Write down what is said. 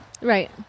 Right